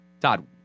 Todd